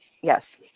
yes